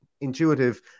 intuitive